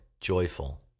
joyful